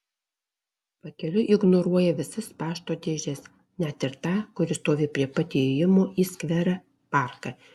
pakeliui ignoruoja visas pašto dėžes net ir tą kuri stovi prie pat įėjimo į skverą parką